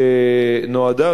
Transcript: שנועדה,